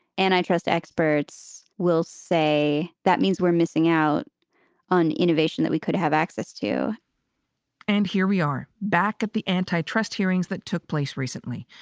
antitrust experts will say that means we're missing out on innovation that we could have access to and here we are back at the antitrust hearings that took place recently,